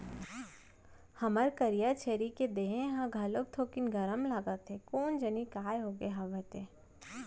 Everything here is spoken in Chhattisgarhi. हमर करिया छेरी के देहे ह घलोक थोकिन गरम लागत हे कोन जनी काय होगे हवय ते?